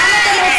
(חברת הכנסת סתיו שפיר יוצאת מאולם המליאה.) זה לא יכול להיות,